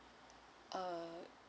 err